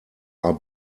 are